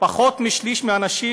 פחות משליש מהנשים,